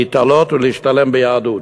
לעלות ולהשתלם ביהדות.